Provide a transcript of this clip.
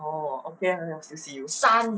orh okay lah then I will still see you